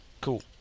cool